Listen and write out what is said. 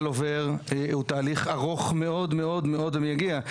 עובר הוא תהליך ארוך מאוד מאוד ומייגע,